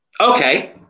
Okay